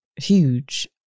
Huge